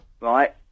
right